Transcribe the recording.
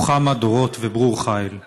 רוחמה, דורות וברור חיל.